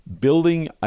building